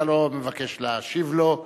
אתה לא מבקש להשיב לו,